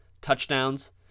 touchdowns